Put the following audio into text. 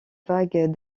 vague